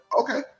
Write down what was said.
Okay